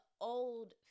old